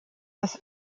bis